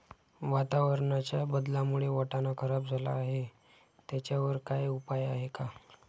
वातावरणाच्या बदलामुळे वाटाणा खराब झाला आहे त्याच्यावर काय उपाय आहे का?